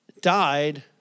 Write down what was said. died